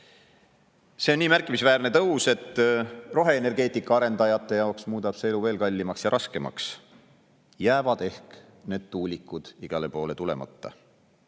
See on nii märkimisväärne tõus, et roheenergeetika arendajate jaoks muudab see elu veel kallimaks ja raskemaks. Jäävad ehk need tuulikud igale poole